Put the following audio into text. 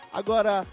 agora